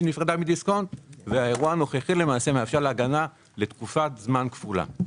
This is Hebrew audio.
נפרדה מדיסקונט והאירוע הנוכחי למעשה מאפשר לה הגנה לתקופת זמן כפולה.